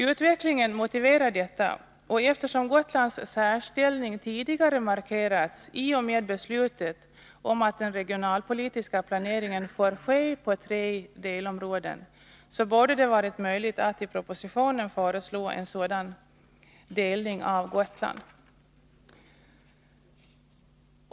Utvecklingen motiverar detta, och eftersom Gotlands särställning tidigare markerats i och med beslutet om att den regionalpolitiska planeringen får ske på tre delområden, borde det ha varit möjligt att i propositionen föreslå en sådan delning av Gotland.